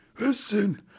Listen